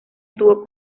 estuvo